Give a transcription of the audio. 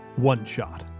OneShot